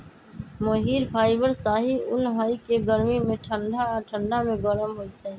मोहिर fibre शाहि उन हइ के गर्मी में ठण्डा आऽ ठण्डा में गरम होइ छइ